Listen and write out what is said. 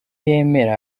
yemera